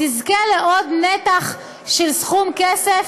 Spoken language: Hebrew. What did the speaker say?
תזכה לעוד נתח של סכום כסף,